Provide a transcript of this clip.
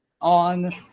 on